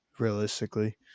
realistically